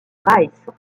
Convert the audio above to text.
rice